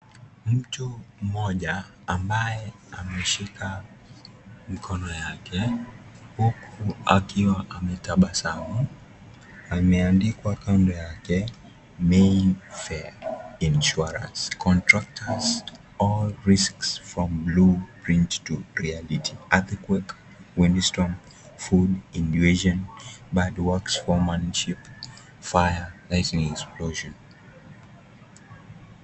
Mtu moja ambaye ameshika mkono yake huku akiwa ametabasamu. Ameandikwa kando yake MAYFAIR INSURANCE, (cs) contractors, all risks from blueprint to reality. earthquake, windstorm, food, inunduation, bad workmanship, fire, lightning explosion (cs).